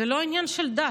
זה לא עניין של דת,